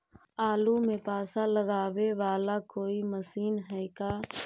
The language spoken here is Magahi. आलू मे पासा लगाबे बाला कोइ मशीन है का?